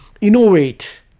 innovate